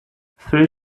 free